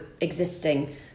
existing